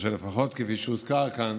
ולפחות, כפי שהוזכר כאן,